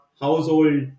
household